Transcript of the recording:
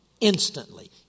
Instantly